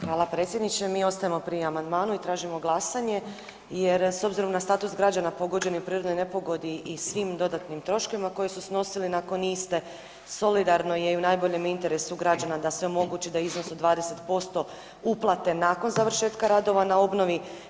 Hvala predsjedniče, mi ostajemo pri amandmanu i tražimo glasanje jer, s obzirom na status građana pogođenih u prirodnoj nepogodi i svim dodatnim troškovima koje su snosili nakon iste, solidarno je i u najboljem interesu građana da se omogući da iznos od 20% uplate nakon završetka radova na obnovi.